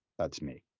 that's me.